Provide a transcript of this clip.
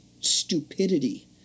stupidity